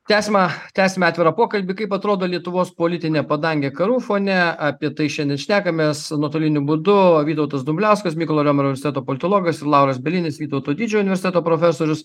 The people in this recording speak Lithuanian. tęsiama tęsiame atvirą pokalbį kaip atrodo lietuvos politinė padangė karų fone apie tai šiandien šnekamės nuotoliniu būdu vytautas dumbliauskas mykolo riomerio universiteto politologas ir lauras bielinis vytauto didžiojo universiteto profesorius